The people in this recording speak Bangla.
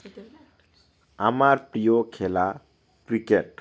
আমার প্রিয় খেলা ক্রিকেট